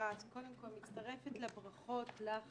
קודם כל מצטרפת לברכות לך